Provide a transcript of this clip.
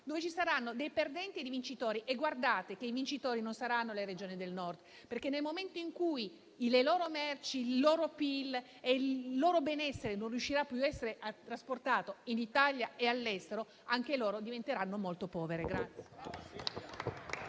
dove ci saranno dei perdenti e dei vincitori. E badate che le vincitrici non saranno le Regioni del Nord perché, nel momento in cui le loro merci, il loro PIL e il loro benessere non riusciranno più a essere trasportati in Italia e all'estero, anche loro diventeranno molto povere.